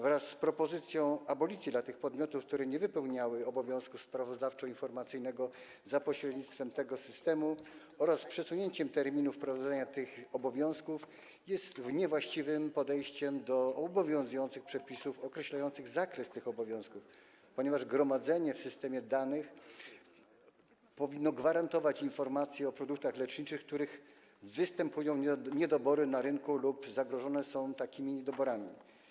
Wraz z propozycją abolicji dla tych podmiotów, które nie wypełniały obowiązku sprawozdawczo-informacyjnego za pośrednictwem tego systemu, oraz przesunięciem terminów wprowadzenia tych obowiązków jest to niewłaściwe podejście do obowiązujących przepisów określających zakres tych obowiązków, ponieważ gromadzenie w systemie danych powinno gwarantować informacje o produktach leczniczych, jeżeli ich niedobory występują na rynku lub jeżeli istnieje zagrożenie takimi niedoborami.